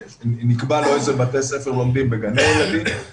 נקבע לו איזה בתי ספר לומדים, וגני ילדים.